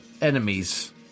Enemies